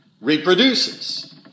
reproduces